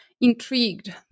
intrigued